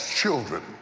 children